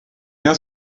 bien